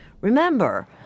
Remember